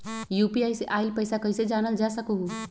UPI से आईल पैसा कईसे जानल जा सकहु?